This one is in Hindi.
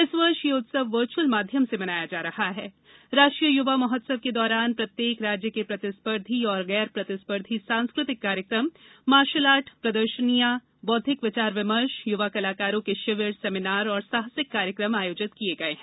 इस वर्ष यह उत्सव वर्चुअल माध्यम से मनाया जा रहा है राष्ट्रीय युवा महोत्सव के दौरान प्रत्येक राज्य के प्रतिस्पर्धी और गैर प्रतिस्पर्धी सांस्कृतिक कार्यक्रम मार्शल आर्ट प्रदर्शनियां बौद्धिक विचार विमर्श युवा कलाकारों के शिविर सेमिनार और साहसिक कार्यक्रम आयोजित किए गए हैं